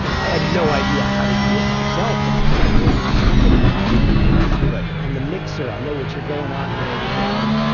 i had no idea how to do it myself but it was like boy if somebody could do this. right. and the mixer, i know what you're going on there and you're getting on the mix.